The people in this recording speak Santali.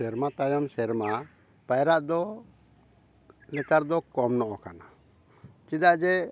ᱥᱮᱨᱢᱟ ᱛᱟᱭᱚᱢ ᱥᱮᱨᱢᱟ ᱯᱟᱭᱨᱟᱜ ᱫᱚ ᱱᱮᱛᱟᱨ ᱫᱚ ᱠᱚᱢ ᱧᱚᱜ ᱠᱟᱱᱟ ᱪᱮᱫᱟᱜ ᱡᱮ